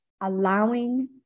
allowing